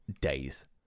days